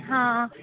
हां